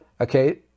okay